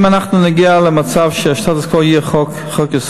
אם אנחנו נגיע למצב שהסטטוס-קוו יהיה חוק-יסוד,